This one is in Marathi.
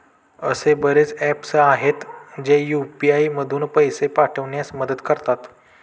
असे बरेच ऍप्स आहेत, जे यू.पी.आय मधून पैसे पाठविण्यास मदत करतात